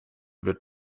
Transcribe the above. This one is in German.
wird